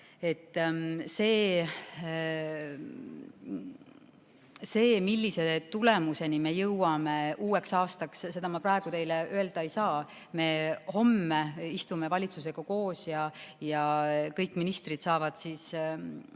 Seda, millise tulemuseni me jõuame uueks aastaks, ma praegu teile öelda ei saa. Me homme istume valitsuses koos ja kõik ministrid saavad kolleegidele